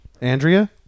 Andrea